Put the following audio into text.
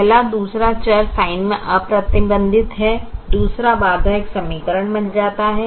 पहला दूसरा चर साइन में अप्रतिबंधित है दूसरा बाधा एक समीकरण बन जाता है